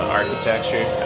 architecture